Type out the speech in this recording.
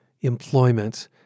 employment